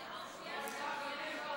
ההצעה להעביר את הצעת חוק הכשרות המשפטית